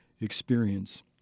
experience